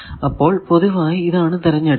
അപ്പോൾ പൊതുവായി ഇതാണ് തെരഞ്ഞെടുക്കുക